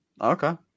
Okay